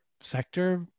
sector